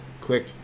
click